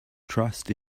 trust